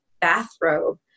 bathrobe